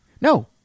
No